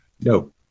No